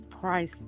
price